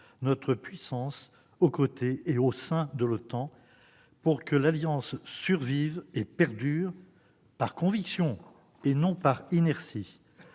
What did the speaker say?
notre puissance aux côtés et au sein de l'OTAN, pour que l'Alliance survive et perdure par conviction, et non par inertie.